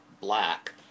black